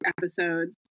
episodes